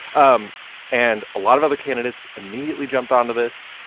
um and a lot of other candidates immediately jumped onto this.